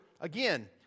again